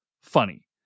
funny